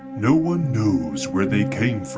no one knows where they came